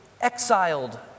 exiled